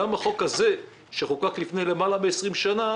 גם החוק הזה שחוקק לפני למעלה מ-20 שנה,